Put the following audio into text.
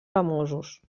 famosos